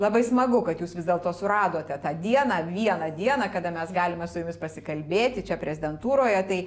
labai smagu kad jūs vis dėlto suradote tą dieną vieną dieną kada mes galime su jumis pasikalbėti čia prezidentūroje tai